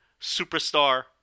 superstar